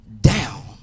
down